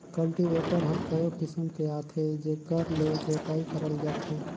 cultivator हर कयो किसम के आथे जेकर ले जोतई करल जाथे